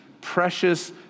precious